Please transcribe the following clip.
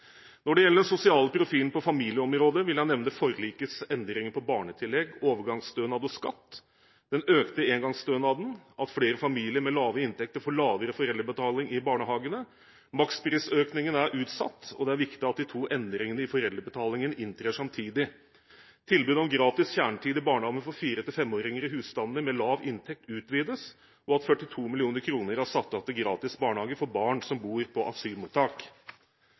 Når det gjelder den sosiale profilen på familieområdet, vil jeg nevne forlikets endringer på barnetillegget, overgangsstønad og skatt, den økte engangsstønaden, at flere familier med lave inntekter får lavere foreldrebetaling i barnehagene, maksprisøkningen er utsatt, og det er viktig at de to endringene i foreldrebetalingen inntrer samtidig. Tilbudet om gratis kjernetid i barnehagene for 4–5-åringer i husstander med lav inntekt utvides, og 42 mill. kr er satt av til gratis barnehage for barn som bor på asylmottak.